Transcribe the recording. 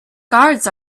guards